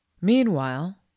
meanwhile